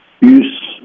use